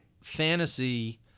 fantasy